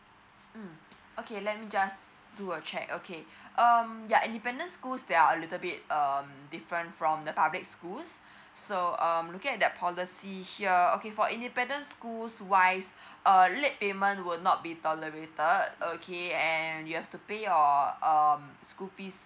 mm okay let me just do a check okay um ya independent schools there are a little bit um different from the public schools so um look at the policy here okay for independent schools wise err late payment will not be tolerated okay and you have to pay your um school fees